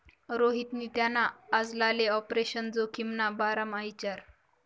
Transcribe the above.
रोहितनी त्याना आजलाले आपरेशन जोखिमना बारामा इचारं